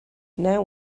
now